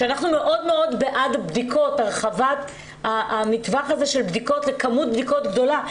שאנחנו מאוד מאוד בעד הרחבת טווח הבדיקות לכמות גדולה של בדיקות.